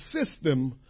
system